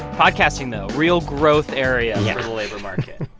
podcasting, though real growth area yeah for the labor market